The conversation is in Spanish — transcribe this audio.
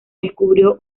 descubrió